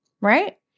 right